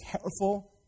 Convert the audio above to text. careful